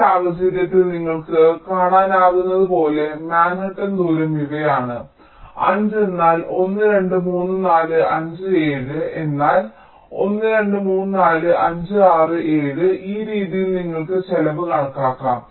ഈ സാഹചര്യത്തിൽ നിങ്ങൾക്ക് കാണാനാകുന്നതുപോലെ മാൻഹട്ടൻ ദൂരം ഇവയാണ് 5 എന്നാൽ 1 2 3 4 5 7 എന്നാൽ 1 2 3 4 5 6 7 ഈ രീതിയിൽ നിങ്ങൾക്ക് ചെലവ് കണക്കാക്കാം